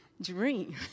dream